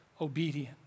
obedient